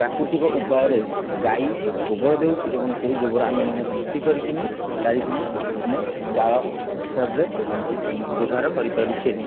ପ୍ରାକୃତିକ ଉପାୟରେ ଗାଈ ଗୋବର ଦେଉଛି ଏବଂ ସେହି ଗୋବର ଆମେମାନେ ଘଷି କରିକି ତାରିକି ଆମେ ଜାଳ ହିସାବରେ ବ୍ୟବହାର କରିପାରୁଛୁ